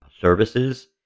Services